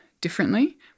differently